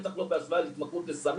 בטח לא בהשוואה להתמכרות לסמים.